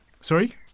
Sorry